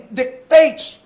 dictates